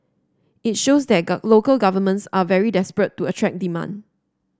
it shows that local governments are very desperate to attract demand